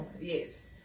Yes